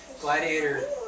Gladiator